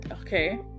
okay